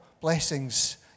blessings